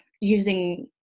using